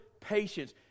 patience